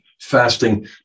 fasting